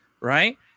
right